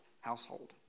household